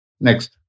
Next